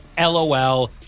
LOL